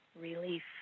relief